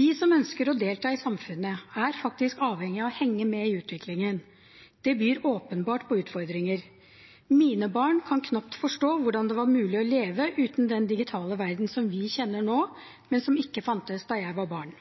De som ønsker å delta i samfunnet, er faktisk avhengig av å henge med i utviklingen. Det byr åpenbart på utfordringer. Mine barn kan knapt forstå hvordan det var mulig å leve uten den digitale verdenen som vi kjenner nå, men som ikke fantes da jeg var barn.